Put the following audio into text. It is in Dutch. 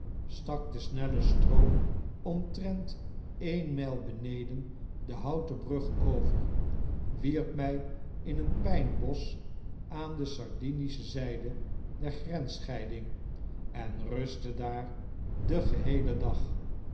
den snellen stroom omtrent eene myl beneden de houten brug over wierp my in een pynbosch aan de sardinische zyde der grensscheiding en rustte daar den geheelen dag